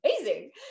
amazing